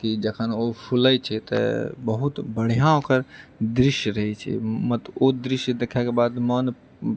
कि जखन ओ फूलै छै तऽ बहुत बढ़िआँ ओकर दृश्य रहैत छै मतलब ओ दृश देखैके बाद मन